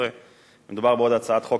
התשע"ב 2012. מדובר בעוד הצעת חוק,